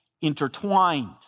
intertwined